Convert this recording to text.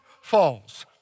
falls